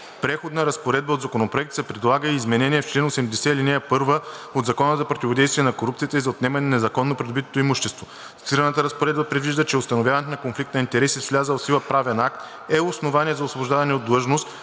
преходна разпоредба от Законопроекта се предлага и изменение в чл. 80, ал. 1 от Закона за противодействие на корупцията и за отнемане на незаконно придобитото имущество. Цитираната разпоредба предвижда, че установяването на конфликт на интереси с влязъл в сила правен акт е основание за освобождаване от длъжност,